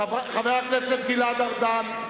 חבר הכנסת גלעד ארדן.